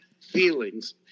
feelings